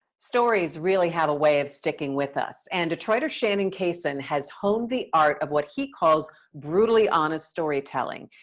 stories really have a way of sticking with us. and detroiter shannon cason has homed the art of what he calls brutally honest storytelling.